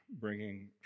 bringing